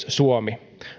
suomi